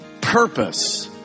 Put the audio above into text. purpose